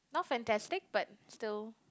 not fantastic but still